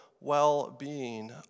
well-being